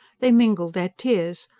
they mingled their tears,